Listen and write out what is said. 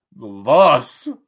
Thus